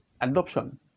adoption